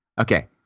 okay